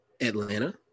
Atlanta